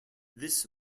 this